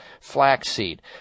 flaxseed